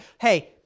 hey